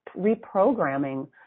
reprogramming